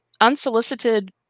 unsolicited